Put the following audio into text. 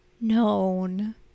known